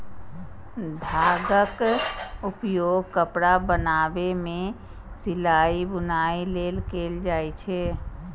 धागाक उपयोग कपड़ा बनाबै मे सिलाइ, बुनाइ लेल कैल जाए छै